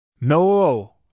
No